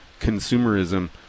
consumerism